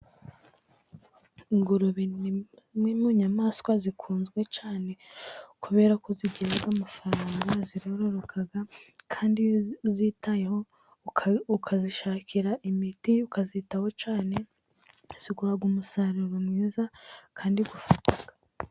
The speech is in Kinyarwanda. Ingurube ni imwe mu nyamaswa zikunzwe cyane, kubera ko zigira amafaranga ziroroka kandi iyo uzitayeho ukazishakira imiti, ukazitaho cyane ziguha umusaruro mwiza kandi ufatika.